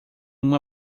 uma